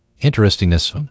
Interestingness